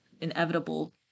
inevitable